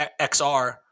XR